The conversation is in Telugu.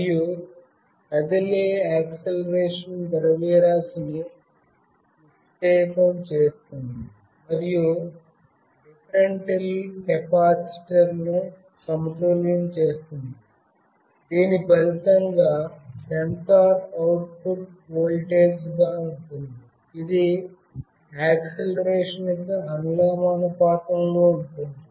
మరియు కదిలే యాక్సిలరేషన్ ద్రవ్యరాశిని విక్షేపం చేస్తుంది మరియు డిఫరెంటిల్ కెపాసిటర్ను సమతుల్యం చేస్తుంది దీని ఫలితంగా సెన్సార్ అవుట్పుట్ వోల్టేజ్గా ఉంటుంది ఇది యాక్సిలరేషన్ కి అనులోమానుపాతంలో ఉంటుంది